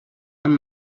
amb